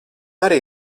arī